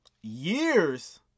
years